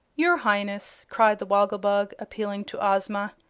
your highness, cried the woggle-bug, appealing to ozma,